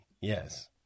yes